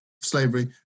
slavery